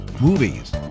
movies